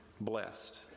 Blessed